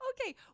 Okay